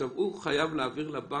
ולא בבנק,